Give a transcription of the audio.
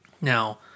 Now